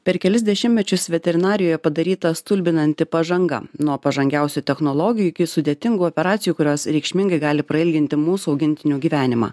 per kelis dešimtmečius veterinarijoje padaryta stulbinanti pažanga nuo pažangiausių technologijų iki sudėtingų operacijų kurios reikšmingai gali prailginti mūsų augintinių gyvenimą